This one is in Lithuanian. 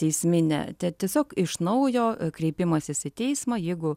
teisminė tiesiog iš naujo kreipimasis į teismą jeigu